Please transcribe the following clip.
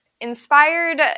inspired